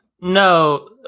no